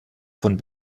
von